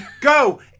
go